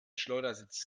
schleudersitz